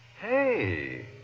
Hey